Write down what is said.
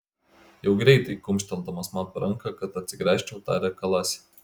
jau greitai kumštelėdamas man per ranką kad atsigręžčiau tarė kalasi